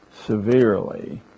severely